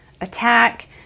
attack